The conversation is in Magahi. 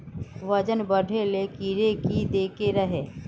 वजन बढे ले कीड़े की देके रहे?